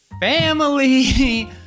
family